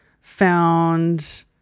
found